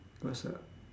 it was a